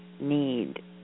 need